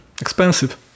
expensive